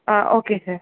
ah okay sir